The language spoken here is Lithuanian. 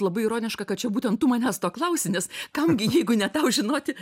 labai ironiška kad čia būtent tu manęs to klausi nes kamgi jeigu ne tau žinoti